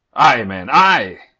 aye, man, aye!